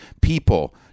people